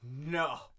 No